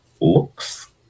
looks